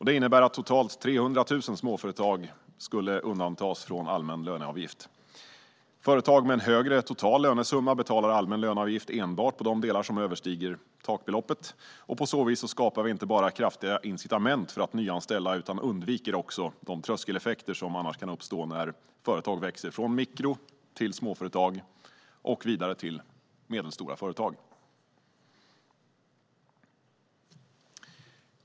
Det innebär att totalt 300 000 småföretag skulle undantas från allmän löneavgift. Företag med en högre total lönesumma betalar allmän löneavgift enbart på de delar som överstiger takbeloppet. På så vis skapar vi inte bara kraftiga incitament för att nyanställa utan undviker också de tröskeleffekter som annars kan uppstå när företag växer från mikro till småföretag och vidare till medelstora företag.